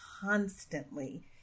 constantly